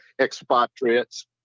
expatriates